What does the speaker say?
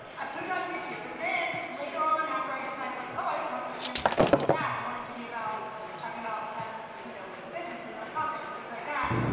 i put it it on youtube, but then later on, after i decided like, oh, i don't want this channel to be about that, i want it to be about talking about you know, business and nonprofits and things like that,